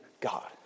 God